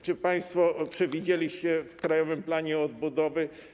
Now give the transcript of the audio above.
Czy państwo przewidzieliście to w Krajowym Planie Odbudowy?